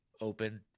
open